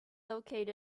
located